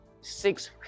six